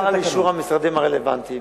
והכדור עבר למשרדים הרלוונטיים,